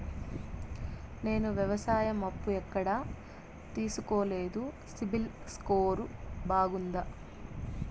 నేను వ్యవసాయం అప్పు ఎక్కడ తీసుకోలేదు, సిబిల్ స్కోరు బాగుందా?